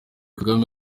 kagame